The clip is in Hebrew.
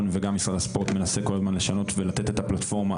וגם משרד הספורט מנסה כל הזמן לשנות ולתת את הפלטפורמה,